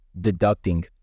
deducting